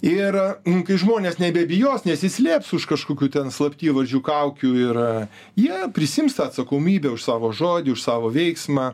ir kai žmonės nebebijos nesislėps už kažkokių ten slaptyvardžių kaukių ir jie prisiims tą atsakomybę už savo žodį už savo veiksmą